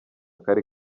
kari